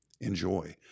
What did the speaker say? enjoy